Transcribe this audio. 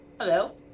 Hello